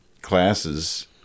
classes